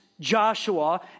Joshua